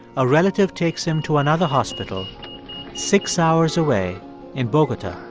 a relative takes him to another hospital six hours away in bogota,